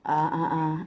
ah ah ah